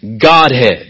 Godhead